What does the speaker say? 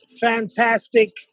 fantastic